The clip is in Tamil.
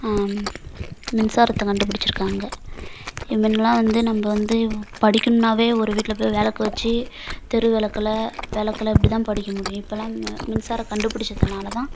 மின்சாரத்த கண்டுபிடிச்சுருக்காங்க முன்னலாம் நம்ம வந்து படிக்கணும்னாவே ஒரு வீட்டில் போய் விளக்கு வச்சு தெரு விளக்குல விளக்குல அப்படிதான் படிக்க முடியும் இப்போலாம் மி மின்சாரம் கண்டுபிடிச்சதுனால தான்